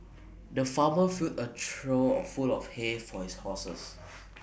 the farmer filled A trough of full of hay for his horses